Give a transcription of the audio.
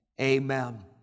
amen